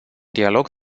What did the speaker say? dialog